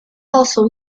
also